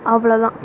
அவ்வளதான்